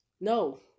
no